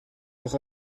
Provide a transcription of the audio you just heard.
noch